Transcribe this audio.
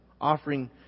offering